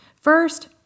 First